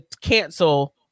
cancel